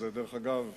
דרך אגב,